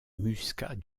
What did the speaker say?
muscat